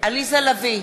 עליזה לביא,